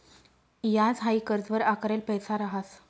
याज हाई कर्जवर आकारेल पैसा रहास